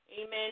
Amen